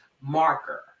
marker